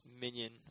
minion